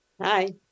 Hi